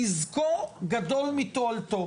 נזקו גדול מתועלתו.